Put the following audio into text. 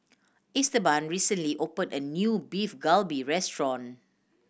Esteban recently opened a new Beef Galbi Restaurant